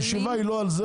הישיבה היא לא על זה,